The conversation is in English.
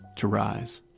to rise.